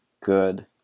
Good